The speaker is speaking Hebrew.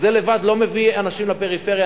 זה לבד לא מביא אנשים לפריפריה.